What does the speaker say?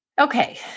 Okay